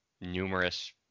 numerous